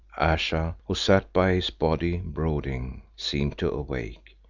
ayesha, who sat by his body brooding, seemed to awake,